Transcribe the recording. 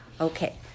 Okay